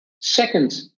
Second